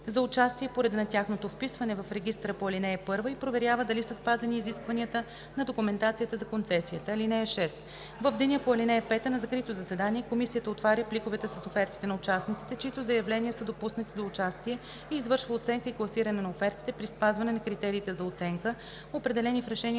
за участие по реда на тяхното вписване в регистъра по ал. 1 и проверява дали са спазени изискванията на документацията за концесията. (6) В деня по ал. 5 на закрито заседание комисията отваря пликовете с офертите на участниците, чиито заявления са допуснати до участие, и извършва оценка и класиране на офертите, при спазване на критериите за оценка, определени в решението